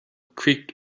creaked